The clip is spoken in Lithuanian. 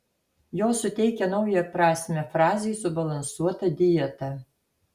jos suteikia naują prasmę frazei subalansuota dieta